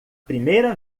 primeira